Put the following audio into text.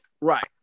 Right